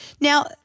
Now